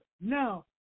Now